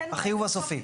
החיוב הסופי.